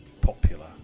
popular